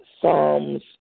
Psalms